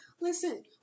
Listen